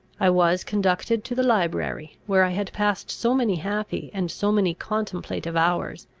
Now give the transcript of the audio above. i was conducted to the library, where i had passed so many happy and so many contemplative hours,